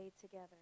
together